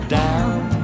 down